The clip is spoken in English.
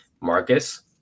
marcus